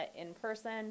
in-person